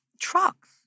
trucks